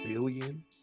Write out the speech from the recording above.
billion